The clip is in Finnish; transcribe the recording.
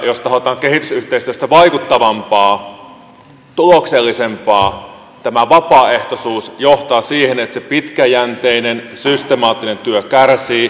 jos tahdotaan kehitysyhteistyöstä vaikuttavampaa tuloksellisempaa tämä vapaaehtoisuus johtaa siihen että se pitkäjänteinen systemaattinen työ kärsii